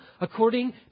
according